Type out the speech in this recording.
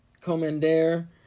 Commander